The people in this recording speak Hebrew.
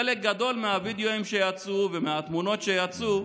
חלק גדול מהווידיאו שיצא ומהתמונות שיצאו,